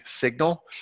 signal